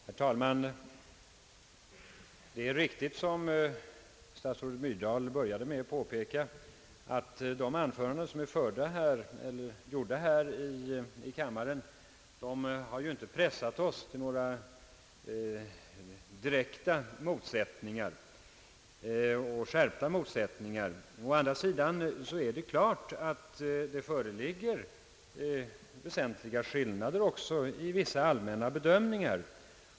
Herr talman! Det är riktigt som statsrådet Myrdal påpekade, att de anföranden som hittills har hållits i kammaren inte har pressat oss till några direkta och skärpta motsättningar. Å andra sidan är det klart att det föreligger väsentliga skiljaktigheter i fråga om vissa allmänna bedömningar.